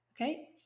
okay